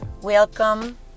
Welcome